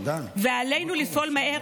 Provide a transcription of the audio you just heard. ועלינו לפעול מהר,